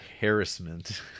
Harassment